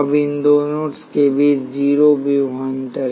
अब इन दोनों नोड्स के बीच जीरो विभवांतर